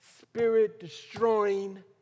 spirit-destroying